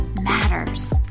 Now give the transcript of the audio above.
matters